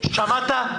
שמעת?